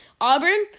Auburn